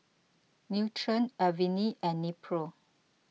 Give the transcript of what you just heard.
Nutren Avene and Nepro